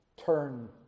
Turn